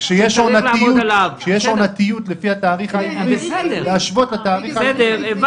כשיש עונתיות צריך להשוות לתאריך העברי.